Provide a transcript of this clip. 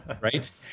right